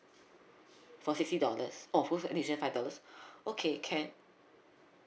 for sixty dollars oh for seventy five dollars okay can